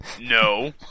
no